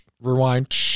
rewind